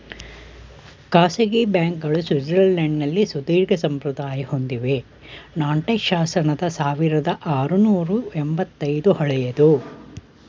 ಖಾಸಗಿ ಬ್ಯಾಂಕ್ಗಳು ಸ್ವಿಟ್ಜರ್ಲ್ಯಾಂಡ್ನಲ್ಲಿ ಸುದೀರ್ಘಸಂಪ್ರದಾಯ ಹೊಂದಿವೆ ನಾಂಟೆಸ್ ಶಾಸನದ ಸಾವಿರದಆರುನೂರು ಎಂಬತ್ತ ಐದು ಹಳೆಯದು